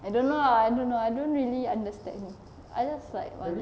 I don't know lah I don't know I don't really understand I just like